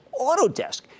Autodesk